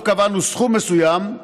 לא קבענו סכום מסוים,